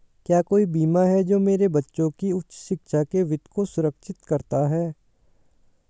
क्या कोई बीमा है जो मेरे बच्चों की उच्च शिक्षा के वित्त को सुरक्षित करता है?